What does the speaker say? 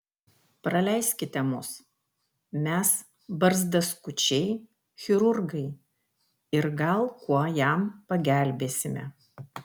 praleiskite mus mes barzdaskučiai chirurgai ir gal kuo jam pagelbėsime